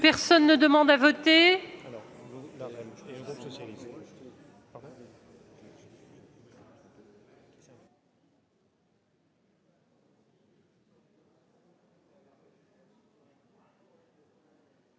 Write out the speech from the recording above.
Personne ne demande plus à voter ?